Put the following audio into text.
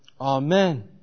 Amen